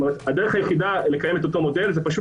הדרך היחידה לקיים את אותו מודל זה פשוט